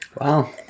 Wow